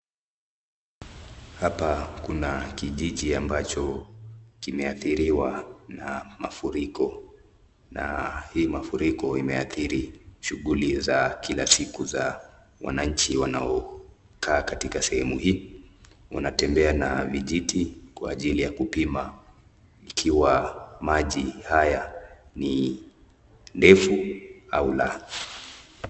Hapa kuna kijiji ambacho kimeathiriwa na mafuriko na hii mafuriko imeathiri shughuli za kila siku za wananchi wanao kaa katika sehemu hii. Wanatembea na vijiti kwa ajili ya kupima ikiwa maji haya ni ndefu au la.